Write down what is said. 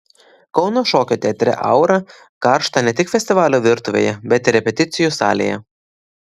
kauno šokio teatre aura karšta ne tik festivalio virtuvėje bet ir repeticijų salėje